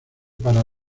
para